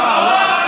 וואו,